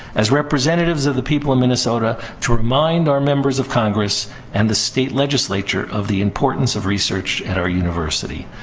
as representatives of the people of minnesota, to remind our members of congress and the state legislature of the importance of research at our university.